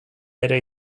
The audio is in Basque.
ere